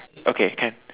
okay can